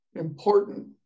important